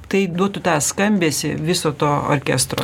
tai duotų tą skambesį viso to orkestro